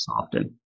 often